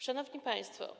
Szanowni Państwo!